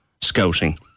scouting